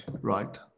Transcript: right